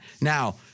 Now